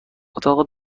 اتاق